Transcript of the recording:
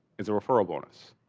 it's a referral bonus.